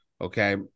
Okay